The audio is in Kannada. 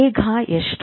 ವೇಗ ಎಷ್ಟು